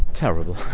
terrible.